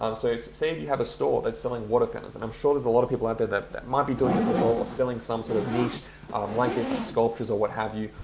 um say say and you have a store that's selling water fountains. and i'm sure there's a lot of people out there that might be doing this as well or selling some sort of niche like this, like sculptures or what have you.